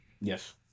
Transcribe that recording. Yes